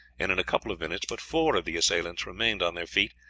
and in a couple of minutes but four of the assailants remained on their feet,